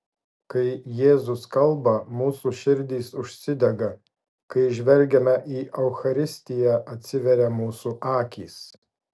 kai jėzus kalba mūsų širdys užsidega kai žvelgiame į eucharistiją atsiveria mūsų akys